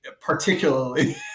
particularly